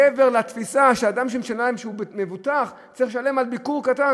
מעבר לתפיסה שאדם שמבוטח משלם וצריך לשלם על ביקור קצר.